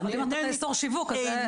אבל אם אתה אוסר שיווק, זה משפיע על השימוש.